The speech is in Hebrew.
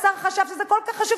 השר חשב שזה כל כך חשוב,